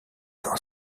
dans